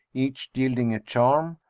each yielding a charm,